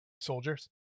soldiers